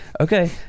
Okay